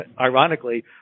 ironically